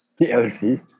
TLC